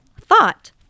thought